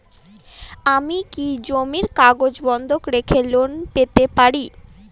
আমি কি জমির কাগজ বন্ধক রেখে লোন পেতে পারি?